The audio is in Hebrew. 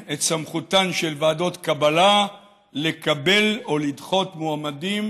את סמכותן של ועדות קבלה לקבל או לדחות מועמדים